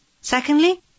secondly